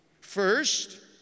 First